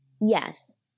Yes